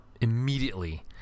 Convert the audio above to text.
immediately